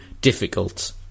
difficult